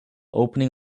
opening